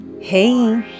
Hey